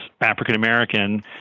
African-American